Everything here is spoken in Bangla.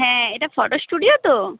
হ্যাঁ এটা ফটো স্টুডিও তো